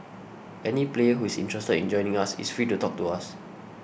any player who is interested in joining us is free to talk to us